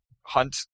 hunt